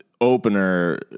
opener